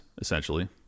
essentially